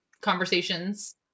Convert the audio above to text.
conversations